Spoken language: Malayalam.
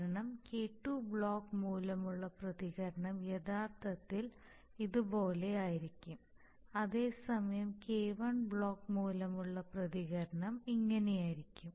കാരണം K2 ബ്ലോക്ക് മൂലമുള്ള പ്രതികരണം യഥാർത്ഥത്തിൽ ഇതുപോലെയായിരിക്കും അതേസമയം K1 ബ്ലോക്ക് മൂലമുള്ള പ്രതികരണം ഇങ്ങനെയായിരിക്കും